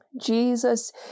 Jesus